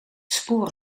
spoor